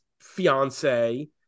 fiance